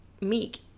Meek